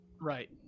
Right